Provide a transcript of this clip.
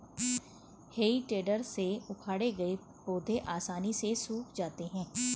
हेइ टेडर से उखाड़े गए पौधे आसानी से सूख जाते हैं